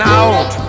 out